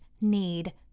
need